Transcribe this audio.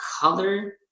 color